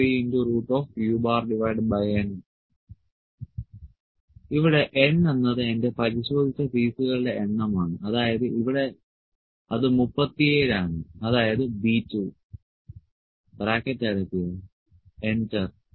L u 3un ഇവിടെ n എന്നത് എന്റെ പരിശോധിച്ച പീസുകളുടെ എണ്ണം ആണ് അതായത് ഇവിടെ അത് 37 ആണ് അതായത് B 2 ബ്രാക്കറ്റ് അടയ്ക്കുക എന്റർ